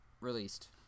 released